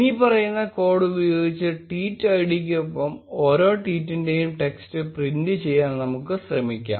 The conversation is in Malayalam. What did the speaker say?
ഇനിപ്പറയുന്ന കോഡ് ഉപയോഗിച്ച് ട്വീറ്റ് ഐഡിക്കൊപ്പം ഓരോ ട്വീറ്റിന്റെയും ടെക്സ്റ്റ് പ്രിന്റ് ചെയ്യാൻ നമുക്ക് ശ്രമിക്കാം